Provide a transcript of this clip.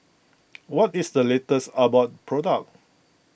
what is the latest Abbott product